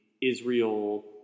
Israel